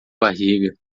barriga